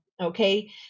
okay